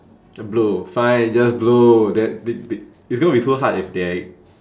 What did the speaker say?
blue fine just blue that bit bit it's gonna be too hard if they